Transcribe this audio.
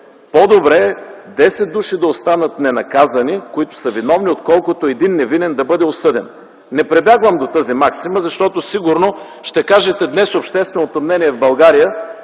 „По-добре десет души да останат ненаказани, които са виновни, отколкото един невинен да бъде осъден”. Не прибягвам до тази максима, защото сигурно ще кажете, че днес общественото мнение в България,